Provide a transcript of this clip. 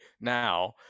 now